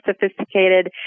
sophisticated